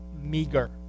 meager